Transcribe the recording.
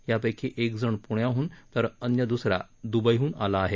यापैकी एक जण प्ण्याहन तर अन्य द्सरा द्बईहन आला आहे